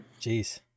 Jeez